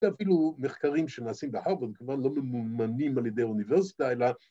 ‫ואפילו מחקרים שנעשים בהרווארד ‫כמובן לא מומנים על ידי אוניברסיטה, ‫אלא...